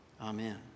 Amen